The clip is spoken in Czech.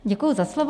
Děkuji za slovo.